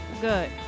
good